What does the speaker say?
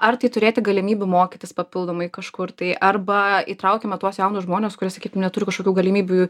ar tai turėti galimybių mokytis papildomai kažkur tai arba įtraukiame tuos jaunus žmones kurie sakytų neturiu kažkokių galimybių